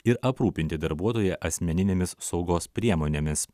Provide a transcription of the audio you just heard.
ir aprūpinti darbuotoją asmeninėmis saugos priemonėmis